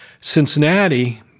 Cincinnati